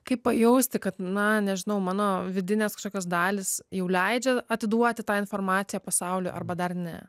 kaip pajausti kad na nežinau mano vidinės kažkokios dalys jau leidžia atiduoti tą informaciją pasauliui arba dar ne